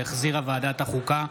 שהחזירה ועדת החוקה,